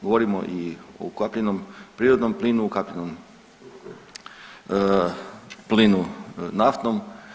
Govorimo i o ukapljenom prirodnom plinu, ukapljenom plinu naftnom.